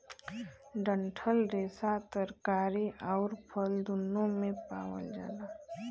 डंठल रेसा तरकारी आउर फल दून्नो में पावल जाला